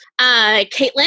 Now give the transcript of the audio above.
Caitlin